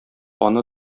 аны